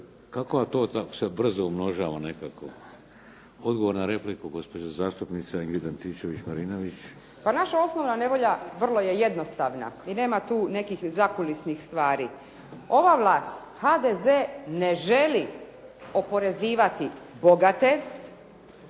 Kako to se brzo umnožava nekako. Odgovor na repliku gospođa zastupnica Ingrid Antičević-Marinović. **Antičević Marinović, Ingrid (SDP)** Pa naša osnovna nevolja vrlo je jednostavna i nema tu nekih zakulisnih stvari. Ova vlast HDZ ne želi oporezivati bogate,